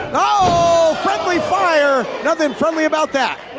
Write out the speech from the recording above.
oh! friendly fire, nothing friendly about that.